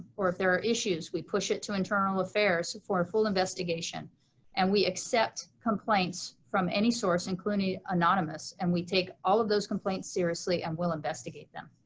or if there are issues, we push it to internal affairs for a full investigation and we accept complaints from any source, including anonymous and we take all of those complaints seriously and we'll investigate them.